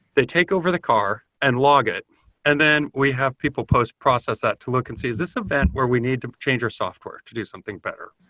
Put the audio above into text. they take over the car and log it and then we have people post-process that to look and see, is this an event where we need to change our software to do something better?